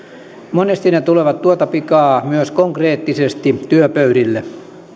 monesti ne tulevat tuota pikaa myös konkreettisesti työpöydille